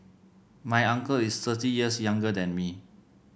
my uncle is thirty years younger than me